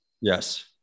Yes